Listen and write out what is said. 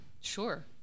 Sure